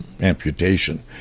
amputation